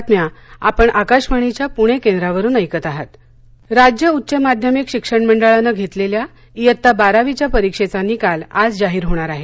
बारावी निकाल राज्य उच्च माध्यमिक शिक्षण मंडळानं घेतलेल्या इयत्ता बारावीच्या परीक्षेचा निकाल आज जाहीर होणार आहे